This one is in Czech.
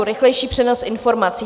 Rychlejší přenos informací.